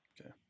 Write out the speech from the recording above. Okay